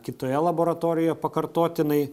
kitoje laboratorijoje pakartotinai